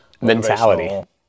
mentality